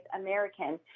Americans